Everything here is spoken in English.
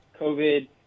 covid